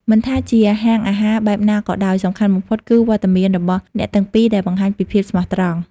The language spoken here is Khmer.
មិនថាជាហាងអាហារបែបណាក៏ដោយ សំខាន់បំផុតគឺវត្តមានរបស់អ្នកទាំងពីរដែលបង្ហាញពីភាពស្មោះត្រង់។